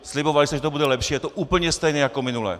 Slibovali jste, že to bude lepší, a je to úplně stejné jako minule.